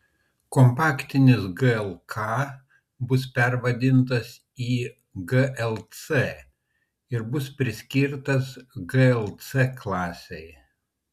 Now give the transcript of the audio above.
kompaktinis glk bus pervadintas į glc ir bus priskirtas gl c klasei